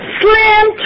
slim